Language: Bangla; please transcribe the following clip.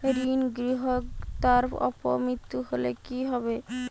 ঋণ গ্রহীতার অপ মৃত্যু হলে কি হবে?